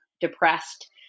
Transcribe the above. depressed